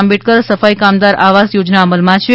આમ્બેડકર સફાઇ કામદાર આવાસ યોજના અમલમાં છે